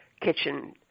Kitchen